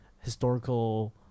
historical